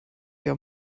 your